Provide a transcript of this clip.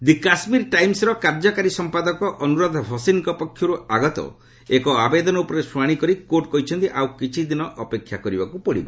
'ଦି କାଶ୍ମୀର ଟାଇମ୍ବ'ର କାର୍ଯ୍ୟକାରୀ ସଂପାଦକ ଅନ୍ତରାଧା ଭସିନ୍ଙ୍କ ପକ୍ଷର୍ ଆଗତ ଏକ ଆବେଦନ ଉପରେ ଶ୍ରଣାଣି କରି କୋର୍ଟ୍ କହିଛନ୍ତି ଆଉ କିଛି ଦିନ ଅପେକ୍ଷା କରିବାକୁ ପଡ଼ିବ